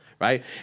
Right